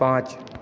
پانچ